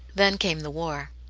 then came the war.